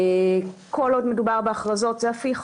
כל עוד מדובר בהכרזות, זה הפיך.